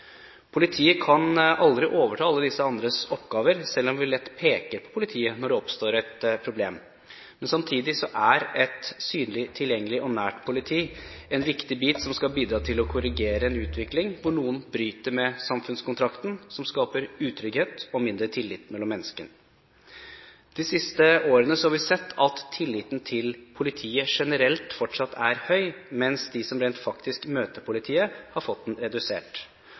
Politiet kan aldri overta alle disse andres oppgaver, selv om vi lett peker på politiet, når det oppstår et problem. Samtidig er et synlig, tilgjengelig og nært politi en viktig bit som skal bidra til å korrigere en utvikling hvor noen bryter med samfunnskontrakten, skaper utrygghet og mindre tillit mellom mennesker. De siste årene har vi sett at tilliten til politiet generelt fortsatt er høy, mens de som rent faktisk møter politiet, har fått den redusert.